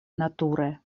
nature